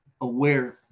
aware